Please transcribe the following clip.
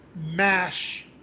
mash